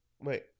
Wait